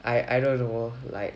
I I don't know like